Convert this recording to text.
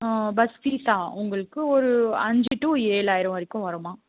ம் பஸ் ஃபீஸ்ஸா உங்களுக்கு ஒரு அஞ்சு டு ஏழாயிரம் வரைக்கும் வரும்மா